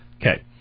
Okay